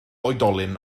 oedolyn